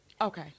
okay